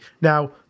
now